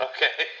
Okay